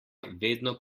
vedno